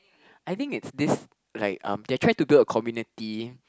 I think it's this like um they try to build a community